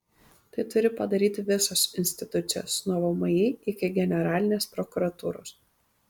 tai turi padaryti visos institucijos nuo vmi iki generalinės prokuratūros